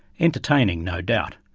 entertaining, no doubt,